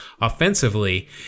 offensively